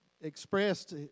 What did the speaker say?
expressed